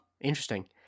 Interesting